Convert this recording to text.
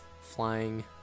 flying